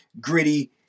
gritty